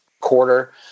quarter